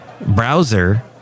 browser